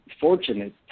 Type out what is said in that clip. fortunate